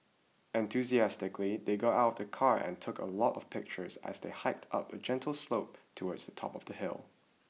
enthusiastically they got out of the car and took a lot of pictures as they hiked up a gentle slope towards the top of the hill